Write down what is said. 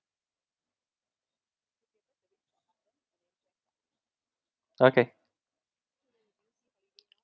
okay